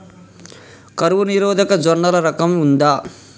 కరువు నిరోధక జొన్నల రకం ఉందా?